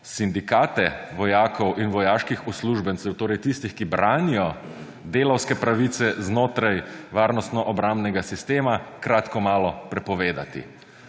sindikate vojakov in vojaških uslužbencev, torej tistih, ki branijo delavske pravice znotraj varnostno-obrambnega sistema, kratko malo prepovedati.